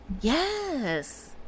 Yes